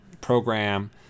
program